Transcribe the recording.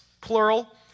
plural